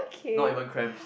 not even cramps